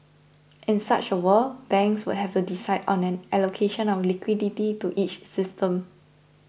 in such a world banks would have to decide on an allocation of liquidity to each system